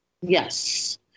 Yes